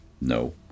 no